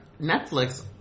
Netflix